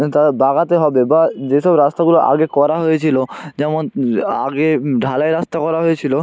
তার বাগাতে হবে বা যেসব রাস্তাগুলো আগে করা হয়েছিলো যেমন আগে ঢালাই রাস্তা করা হয়েছিলো